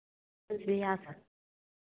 इसलिए आप्